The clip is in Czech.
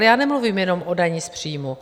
Já nemluvím jenom o dani z příjmů.